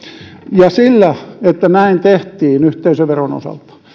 ja sillä että näin tehtiin yhteisöveron osalta